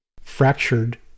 fractured